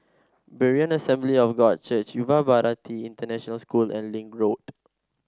Berean Assembly of God Church Yuva Bharati International School and Link Road